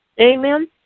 Amen